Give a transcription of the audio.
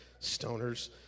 Stoners